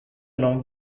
non